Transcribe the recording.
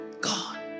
God